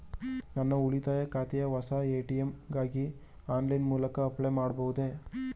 ನನ್ನ ಉಳಿತಾಯ ಖಾತೆಯ ಹೊಸ ಎ.ಟಿ.ಎಂ ಗಾಗಿ ಆನ್ಲೈನ್ ಮೂಲಕ ಅಪ್ಲೈ ಮಾಡಬಹುದೇ?